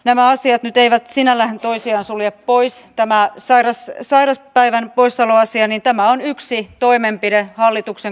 nämä asiat eivät sinällään toisia sulje pois tämän saadessa sairaspäivän poissaoloa sieni tämä on yksi toimenpide hallituksen